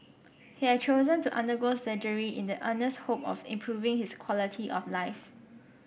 he had chosen to undergo surgery in the earnest hope of improving his quality of life